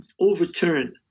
overturn